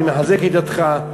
אני מחזק את ידיך,